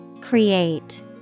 Create